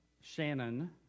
Shannon